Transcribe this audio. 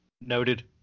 Noted